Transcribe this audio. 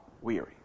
weary